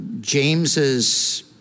James's